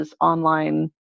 online